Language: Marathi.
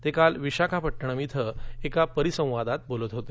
ते काल विशाखापड्टणम इथं एका परिसंवादात बोलत होते